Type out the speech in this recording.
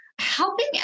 helping